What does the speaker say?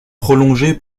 prolongé